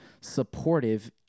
supportive